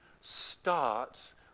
starts